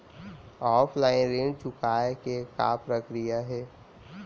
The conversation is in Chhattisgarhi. ऑफलाइन ऋण चुकोय के का प्रक्रिया हे?